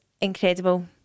incredible